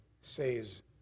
says